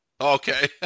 Okay